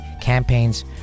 campaigns